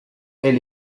elle